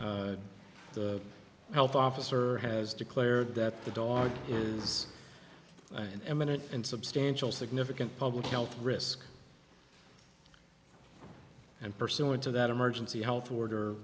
the health officer has declared that the dog is an imminent and substantial significant public health risk and pursuant to that emergency health order